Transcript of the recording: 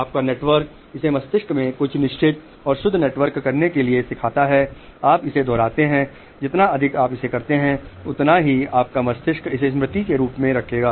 आपका नेटवर्क इसे मस्तिष्क में कुछ निश्चित और शुद्ध नेटवर्क करने के लिए सीखता है आप इसे दोहराते हैं जितना अधिक आप इसे करते हैं उतना ही आपका मस्तिष्क इसे स्मृति के रूप में रखेगा